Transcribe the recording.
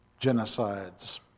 genocides